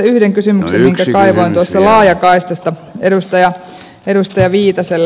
minkä kaivoin tuossa laajakaistasta edustaja viitaselle